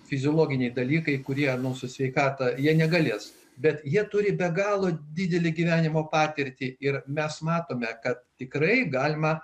fiziologiniai dalykai kurie mūsų sveikatą jie negalės bet jie turi be galo didelį gyvenimo patirtį ir mes matome kad tikrai galima